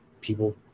people